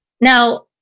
Now